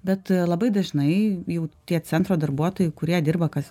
bet labai dažnai jau tie centro darbuotojai kurie dirba kas